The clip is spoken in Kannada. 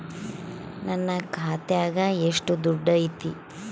ನನ್ನ ಖಾತ್ಯಾಗ ಎಷ್ಟು ದುಡ್ಡು ಐತಿ?